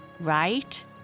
right